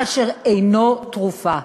כאשר הוא אינו תרופה.